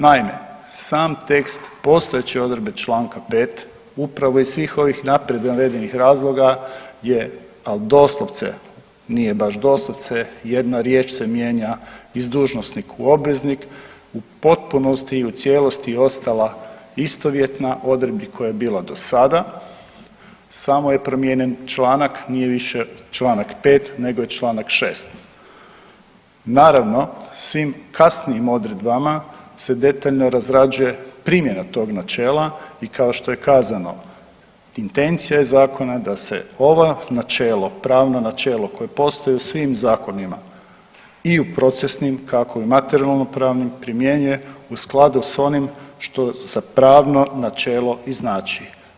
Naime, sam tekst postojeće Odredbe članka 5 upravo iz svih ovih napred navedenih razloga je al doslovce, nije baš doslovce, jedna riječ se mijenja iz „dužnosnik“ u „obveznik“ u potpunosti i u cijelosti ostala istovjetna Odredbi koja je bila do sada samo je promijenjen članak, nije više čl.5 nego je čl. 6. Naravno, svim kasnijim Odredbama se detaljno razrađuje primjena tog načela i kao što je kazano, intencija je Zakona da se ova načelo, pravno načelo koje postoji u svim Zakonima i u procesnim, kako u materijalno pravnim primjenjuje u skladu s onim što za pravno načelo i znači.